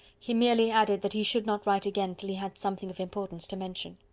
he merely added that he should not write again till he had something of importance to mention.